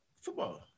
Football